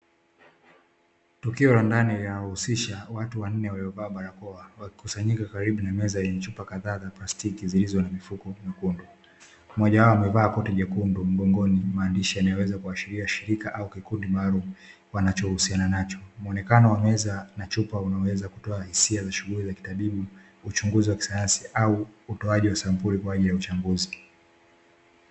Tukio la ndani linalohusisha watu wanne waliovaa barakoa wakikusanyika karibu na meza yenye chupa kadhaa za plastiki zilizo na mifuko myekundu. Mmoja wao amevaa koti jekundu, mgongoni kuna maandishi yanayoweza kuashiria shirika au kikundi maalumu wanachohusiana nacho. Muonekano wa meza na chupa unaweza kutoa hisia za shughuli za kitabibu, uchunguzi wa kisayansi au utoaji wa sampuli kwa ajili ya uchambuzi.